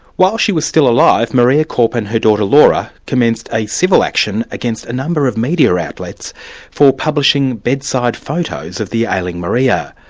while she was still alive, maria korp and her daughter laura commenced a civil action against a number of media outlets for publishing bedside photos of the ailing maria.